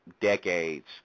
decades